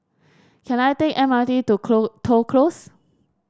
can I take M R T to Toh Close